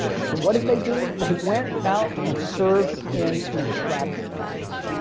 and so what did they do, they went out and serve in an extravagant fashion.